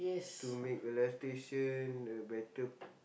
to make a live station a better